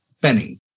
Benny